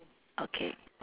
okay